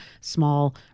small